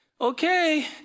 okay